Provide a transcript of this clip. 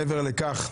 מעבר לכך,